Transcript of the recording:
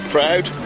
Proud